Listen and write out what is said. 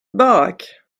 back